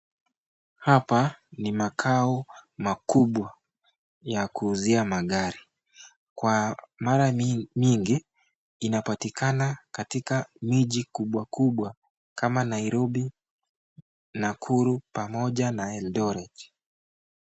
Hapa ni makao makubwa ya kuuzia magari. Kwa mara mingi inapatikana miji kubwa kubwa kama Nairobi, Nakuru pamoja na Eldoret.